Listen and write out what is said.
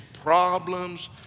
problems